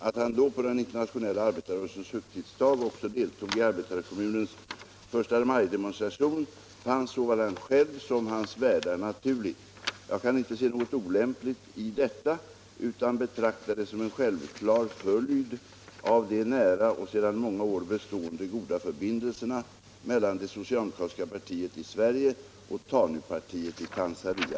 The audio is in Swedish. Att han då, på den internationella arbetarrörelsens högtidsdag, också deltog i Arbetarekommunens förstamajdemonstration fann såväl han själv som hans värdar naturligt. Jag kan inte se något olämpligt i detta, utan betraktar det som en självklar följd av de nära och sedan många år bestående goda förbindelserna mellan det socialdemokratiska partiet i Sverige och TANU-partiet i Tanzania.